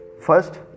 First